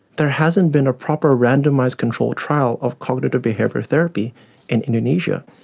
there hasn't been a proper randomised control trial of cognitive behavioural therapy in indonesia.